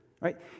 right